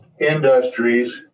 industries